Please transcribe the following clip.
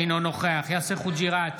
אינו נוכח יאסר חוג'יראת,